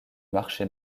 marché